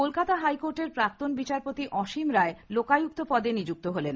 কলকাতা হাইকোর্টের প্রাক্তন বিচারপতি অসীম রায় লোকায়ুক্ত পদে নিযুক্ত হলেন